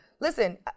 Listen